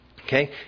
Okay